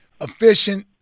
efficient